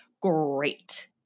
Great